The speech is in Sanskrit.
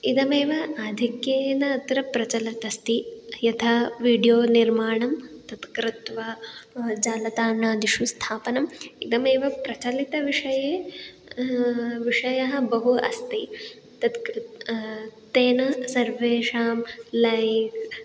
इदमेव आधिक्येन अत्र प्रचलत् अस्ति यथा वीडियो निर्माणं तत् कृत्वा जालस्थानादिषु स्थापनम् इदमेव प्रचलितविषये विषयः बहु अस्ति तत् कृत् तेन सर्वेषां लैक्